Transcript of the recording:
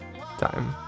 Time